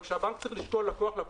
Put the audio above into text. אבל כשהבנק צריך לשקול לקוח-לקוח,